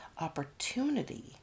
opportunity